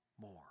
more